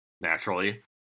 naturally